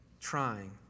trying